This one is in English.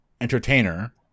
entertainer